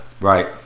right